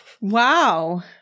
Wow